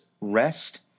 rest